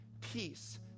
peace